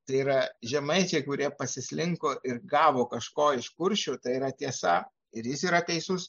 tai yra žemaičiai kurie pasislinko ir gavo kažko iš kuršių tai yra tiesa ir jis yra teisus